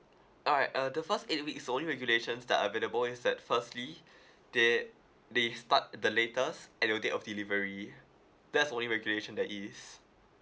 alright uh the first eight weeks the only regulations that are available is that firstly they they start the latest at your date of delivery that's only regulation there is